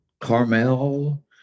Carmel